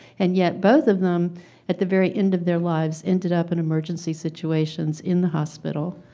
and yet both of them at the very end of their lives ended up in emergency situations in the hospital.